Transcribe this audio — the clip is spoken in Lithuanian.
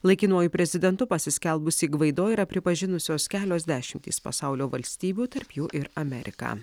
laikinuoju prezidentu pasiskelbusį gvaido yra pripažinusios kelios dešimtys pasaulio valstybių tarp jų ir amerika